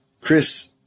Chris